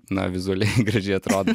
na vizualiai gražiai atrodo